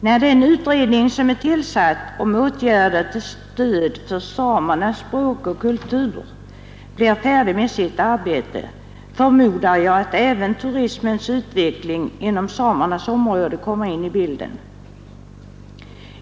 När utredningen om åtgärder till stöd för samernas språk och kultur blir färdig med sitt arbete, förmodar jag att även turismens utveckling inom samernas område kommer in i bilden.